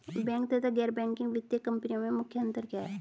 Bank तथा गैर banking वित्तीय कंपनियों में मुख्य अंतर क्या है?